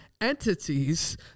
entities